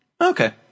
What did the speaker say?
Okay